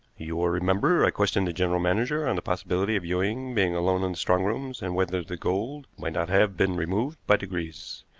you will remember i questioned the general manager on the possibility of ewing being alone in the strong-rooms, and whether the gold might not have been removed by degrees.